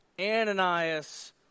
Ananias